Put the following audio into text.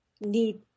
need